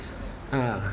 ah